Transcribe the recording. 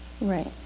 Right